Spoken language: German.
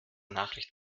nachricht